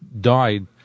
died